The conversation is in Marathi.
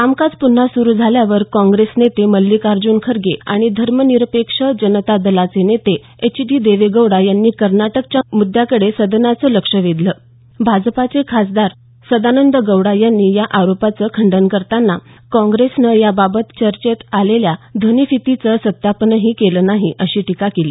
कामकाज पुन्हा सुरू झाल्यावर काँग्रेस नेते मल्लिकार्ज़न खरगे आणि धर्मनिरपेक्ष जनता दलाचे नेते एच डी देवेगौडा यांनी कर्नाटकच्या मुद्द्याकडे सदनाचं लक्ष वेधलं भाजपचे खासदार सदानंद गौडा यांनी या आरोपांचं खंडन करताना काँग्रेसनं याबाबत चर्चेत आलेल्या ध्वनिफीतीचं सत्यापनही केलेलं नाही अशी टीका केली